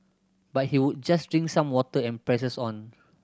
but he would just drink some water and presses on